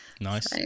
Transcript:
Nice